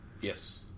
Yes